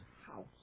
house